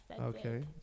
Okay